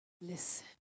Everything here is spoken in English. listen